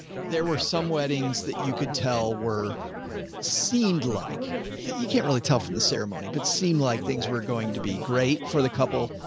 there were some weddings that you could tell were seemed like you can't really tell from the ceremony, but seemed like things were going to be great for the couple,